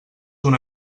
una